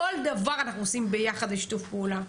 כל דבר אנחנו עושים ביחד ובשיתוף פעולה,